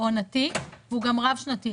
הוא עונתי והוא גם רב-שנתי.